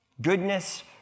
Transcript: Goodness